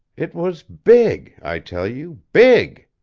it was big, i tell you. big!